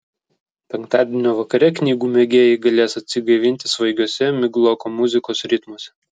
penktadienio vakare knygų mėgėjai galės atsigaivinti svaigiuose migloko muzikos ritmuose